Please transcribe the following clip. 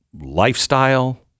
lifestyle